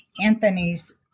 Anthony's